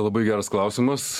labai geras klausimas